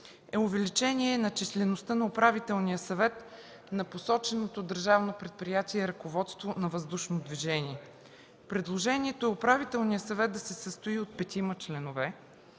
е увеличение на числеността на Управителния съвет на посоченото Държавно предприятие „Ръководство на въздушното движение”. Причините Управителният съвет да се състои от петима членове,